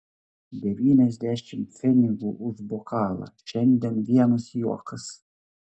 devyniasdešimt pfenigų už bokalą šiandien vienas juokas